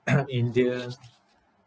india